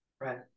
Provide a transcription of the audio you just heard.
Right